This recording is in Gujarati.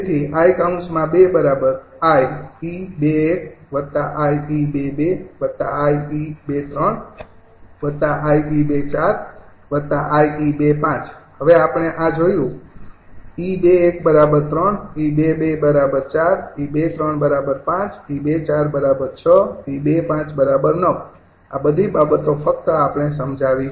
તેથી 𝐼૨ 𝑖𝑒૨૧𝑖𝑒૨૨𝑖𝑒૨૩𝑖𝑒૨૪𝑖𝑒૨૫ હવે આપણે આ જોયું 𝑒૨૧૩ 𝑒૨૨૪ 𝑒૨૩૫ 𝑒૨૪૬ 𝑒૨૫૯ આ બધી બાબતો ફક્ત આપણે સમજાવી છે